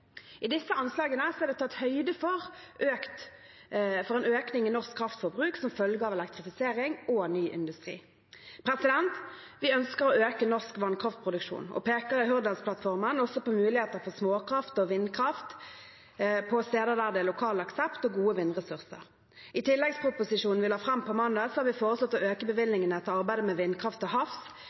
I disse anslagene er det tatt høyde for en økning i norsk kraftforbruk som følge av elektrifisering og ny industri. Vi ønsker å øke norsk vannkraftproduksjon og peker i Hurdalsplattformen også på muligheter for småkraft og vindkraft på steder der det er lokal aksept og gode vindressurser. I tilleggsproposisjonen som vi la fram på mandag, har vi foreslått å øke bevilgningene til arbeidet med vindkraft til havs.